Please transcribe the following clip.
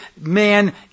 man